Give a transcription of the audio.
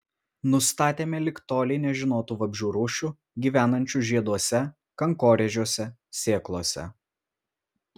nustatėme lig tolei nežinotų vabzdžių rūšių gyvenančių žieduose kankorėžiuose sėklose